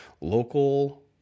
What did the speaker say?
local